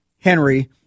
Henry